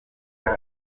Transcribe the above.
nayo